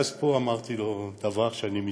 ואז, פה אמרתי לו דבר שאני מצטער,